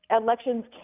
Elections